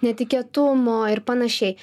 netikėtumo ir panašiai